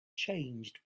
changed